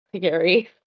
Gary